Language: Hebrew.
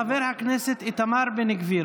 מס' 844, של חבר הכנסת איתמר בן גביר.